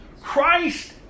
Christ